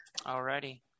Alrighty